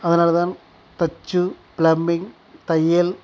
அதனால் தான் தச்சு பிளமிங் தையல்